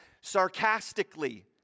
sarcastically